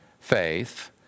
faith